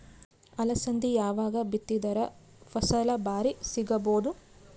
ಅಲಸಂದಿ ಯಾವಾಗ ಬಿತ್ತಿದರ ಫಸಲ ಭಾರಿ ಸಿಗಭೂದು?